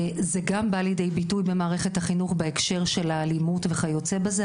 וזה גם בא לידי ביטוי במערכת החינוך בהקשר של האלימות וכיוצא בזה,